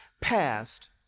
passed